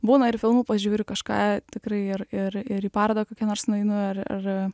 būna ir filmų pažiūriu kažką tikrai ir ir ir į parodą kokią nors nueinu ir ir